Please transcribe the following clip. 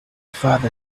father